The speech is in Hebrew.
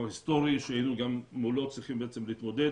היסטורי שהיינו צריכים גם מול להתמודד.